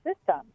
system